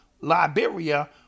Liberia